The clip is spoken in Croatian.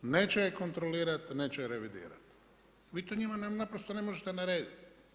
Neće je kontrolirati, neće ju revidirat, vi to njima naprosto ne možete narediti.